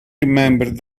remembered